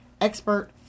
expert